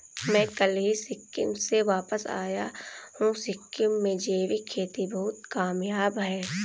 मैं कल ही सिक्किम से वापस आया हूं सिक्किम में जैविक खेती बहुत कामयाब है